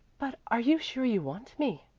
but are you sure you want me?